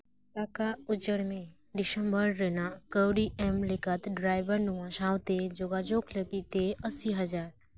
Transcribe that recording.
ᱴᱟᱠᱟ ᱩᱪᱟᱹᱲ ᱢᱮ ᱰᱤᱥᱮᱢᱵᱚᱨ ᱨᱮᱱᱟᱜ ᱠᱟᱹᱣᱰᱤ ᱮᱢ ᱞᱮᱠᱟᱛᱮ ᱰᱨᱟᱭᱵᱷᱟᱨ ᱱᱚᱣᱟ ᱥᱟᱶᱛᱮ ᱡᱳᱜᱟᱡᱳᱜᱽ ᱞᱟᱹᱜᱤᱫ ᱛᱮ ᱟᱥᱤ ᱦᱟᱡᱟᱨ